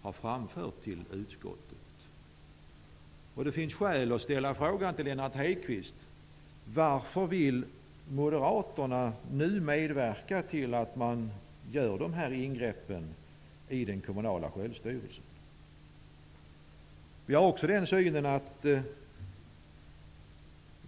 har framfört till utskottet. Det finns skäl att fråga Lennart Hedquist: Varför vill Moderaterna nu medverka till att man gör dessa ingrepp i den kommunala självstyrelsen?